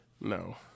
No